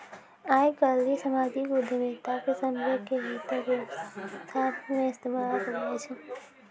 आइ काल्हि समाजिक उद्यमिता के सभ्भे के हितो के व्यवस्था मे इस्तेमाल करलो जाय छै